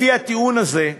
לפי הטיעון הזה,